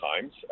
times